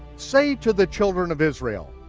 say to the children of israel,